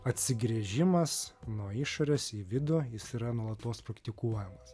atsigręžimas nuo išorės į vidų jis yra nuolatos praktikuojamas